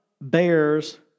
bears